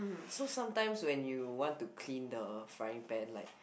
so sometimes when you want to clean the frying pan like